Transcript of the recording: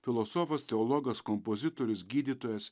filosofas teologas kompozitorius gydytojas